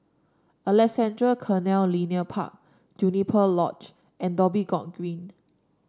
Alexandra Canal Linear Park Juniper Lodge and Dhoby Ghaut Green